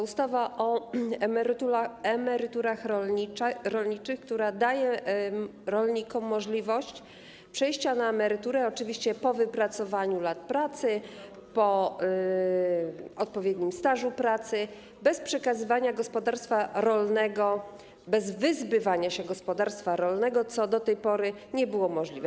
Ustawa o emeryturach rolniczych, która daje rolnikom możliwość przejścia na emeryturę oczywiście po wypracowaniu lat pracy, po odpowiednim stażu pracy, bez przekazywania gospodarstwa rolnego, bez wyzbywania się gospodarstwa rolnego, co do tej pory nie było możliwe.